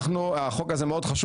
אנחנו, החוק הזה חשוב מאוד.